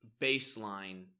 baseline